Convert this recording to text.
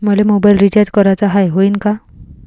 मले mobile recharge कराचा हाय, होईनं का?